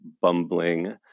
bumbling